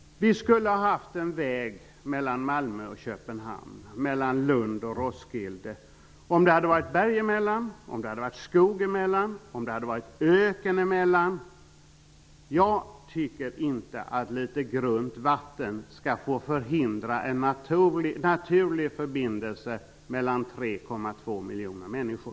Vi skulle ha haft en väg mellan Malmö och Köpenhamn, mellan Lund och Roskilde, om det hade varit berg, öken eller skog emellan. Jag tycker inte att litet grunt vatten skall få förhindra en naturlig förbindelse mellan 3,2 miljoner människor.